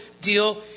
deal